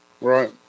Right